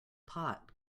pot